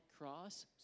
cross